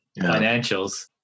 financials